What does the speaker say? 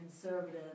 conservative